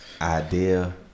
idea